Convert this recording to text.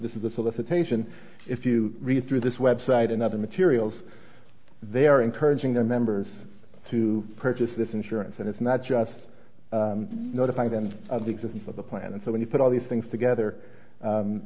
this is the solicitation if you read through this web site and other materials they're encouraging their members to purchase this insurance and it's not just notifying them of the existence of the plan and so when you put all these things together